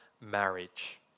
marriage